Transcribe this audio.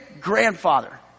grandfather